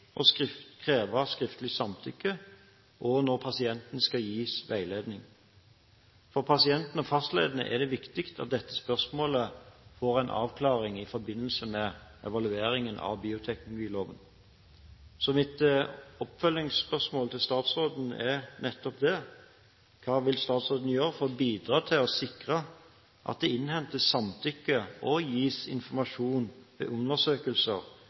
kreve skriftlig samtykke, og når pasienten skal gis veiledning. For pasientene og fastlegene er det viktig at dette spørsmålet får en avklaring i forbindelse med evalueringen av bioteknologiloven. Mitt oppfølgingsspørsmål til statsråden er: Hva vil statsråden gjøre for å bidra til å sikre at det innhentes samtykke og gis informasjon ved undersøkelser